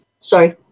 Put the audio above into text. Sorry